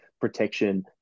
protection